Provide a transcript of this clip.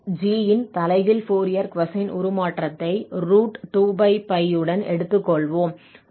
g இன் தலைகீழ் Fourier cosine உருமாற்றத்தை 2 உடன் எடுத்துக்கொள்வோம்